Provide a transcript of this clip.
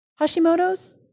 Hashimoto's